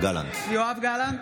(קוראת בשמות חברי הכנסת) יואב גלנט,